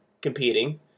competing